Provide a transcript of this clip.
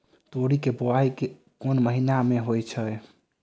तोरी केँ बोवाई केँ महीना मे होइ छैय?